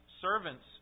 servants